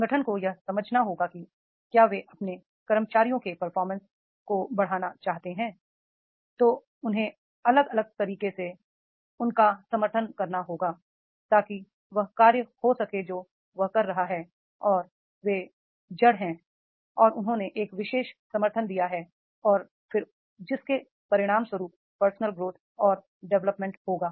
संगठन को यह समझना होगा कि क्या वे अपने कर्मचारियों के परफॉर्मेंस को बढ़ाना चाहते हैं तो उन्हें अलग अलग तरीकों से उनका समर्थन करना होगा ताकि वह कार्य हो सके जो वह कर रहा है और वे जड़ हैं और उन्होंने एक विशेष समर्थन दिया है और फिर जिसके परिणामस्वरूप पर्सनल ग्रोथ और डेवलपमेंट होगा